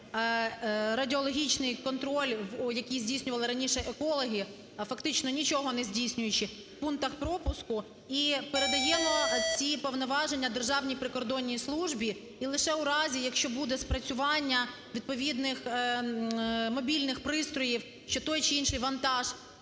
радіологічний контроль, який здійснювали раніше екологи, фактично нічого не здійснюючи в пунктах пропуску, і передаємо ці повноваження Державній прикордонній службі. І лише у разі, якщо буде спрацювання відповідних мобільних пристроїв що той чи інший вантаж